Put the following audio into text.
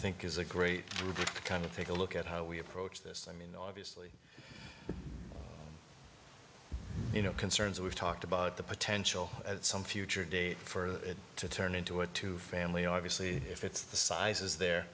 think is a great kind of take a look at how we approach this i mean obviously you know concerns we've talked about the potential at some future date for it to turn into a two family obviously if it's the size is there